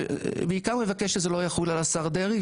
בעיקר מבקש שזה לא יחול על השר דרעי,